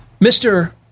Mr